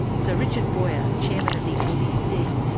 sir richard boyer, chairman of the abc,